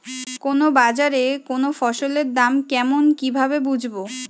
কোন বাজারে কোন ফসলের দাম কেমন কি ভাবে বুঝব?